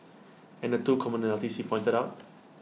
and the two commonalities he pointed out